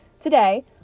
today